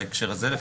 בהקשר הזה לפחות,